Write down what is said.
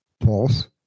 false